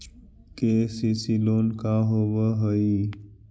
KCC loan का होब हइ?